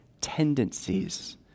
tendencies